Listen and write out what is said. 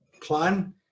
plan